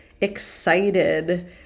excited